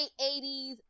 80s